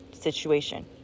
situation